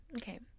Okay